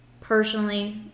personally